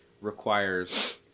requires